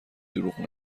دروغ